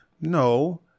no